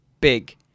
big